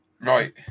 Right